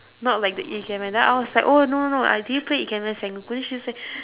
not like the ikemen then I was like oh no no no uh do you play ikemen sengoku then she was like